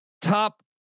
top